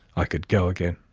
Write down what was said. i could go again.